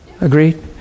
Agreed